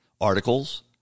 articles